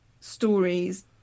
stories